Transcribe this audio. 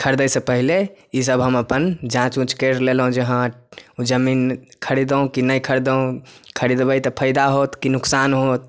खरीदै सँ पहिले ई सभ हम अपन जाँच उँच कैर लेलहुॅं जे हँ ओ जमीन खरीदू कि नहि खरीदू खरीदबै तऽ फैदा होयत कि नुकसान होयत